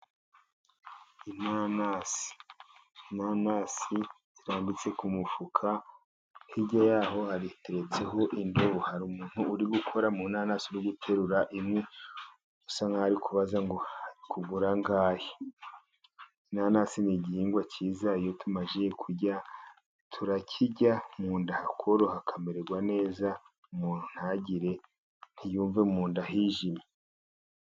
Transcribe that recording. Inanasi; inanasi zirambitse ku mufuka hirya yaho hateretseho indobo hari, umuntu uri gukora mu nanasi guterura usa nkaho ari kubaza (kugura ) angahe? Inanasi ni igihingwa cyiza iyo tumaze kurya turayirya munda hakamererwa neza umuntu ntiyumve mu nda hijimye.